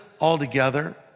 altogether